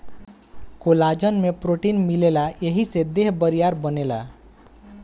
collagen में protein मिलेला एही से देह बरियार बनेला